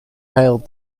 hailed